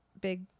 Big